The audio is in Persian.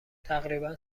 تقریبا